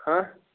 ہہَ